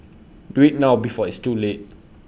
do IT now before it's too late